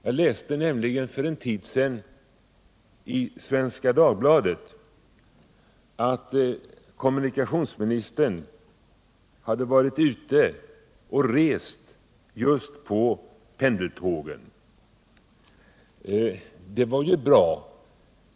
Jag läste nämligen för en tid sedan i Svenska Dagbladet att kommunikationsministern hade varit ute och rest just med pendeltågen. Det är bra.